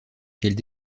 qu’elle